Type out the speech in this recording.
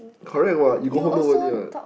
correct what you go home nobody what